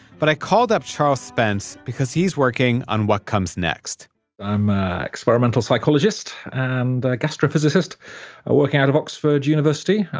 but i called up charles spence because he's working on what comes next i'm an experimental psychologist and a gastro physicist ah working out of oxford university.